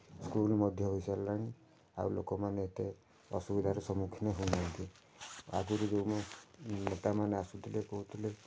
school ମଧ୍ୟ ହୋଇ ସାରିଲାଣି ଆଉ ଲୋକମାନେ ଏତେ ଅସୁବିଧାର ସମ୍ମୁଖୀନ ହଉନାହାନ୍ତି ଆଗରୁ ଯେଉଁ ନେତା ମାନେ ଆସୁଥିଲେ କହୁଥିଲେ